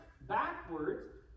backwards